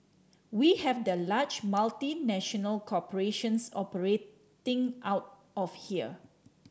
we have the large multinational corporations operating out of here